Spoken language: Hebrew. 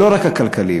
ולא רק הכלכליים,